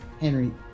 Henry